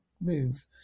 move